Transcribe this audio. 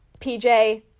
PJ